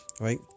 right